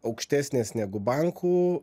aukštesnės negu bankų